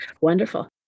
wonderful